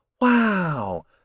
Wow